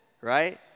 right